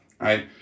right